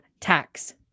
tax